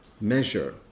measure